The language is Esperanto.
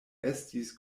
estis